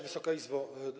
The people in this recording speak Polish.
Wysoka Izbo!